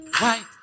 white